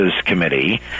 Committee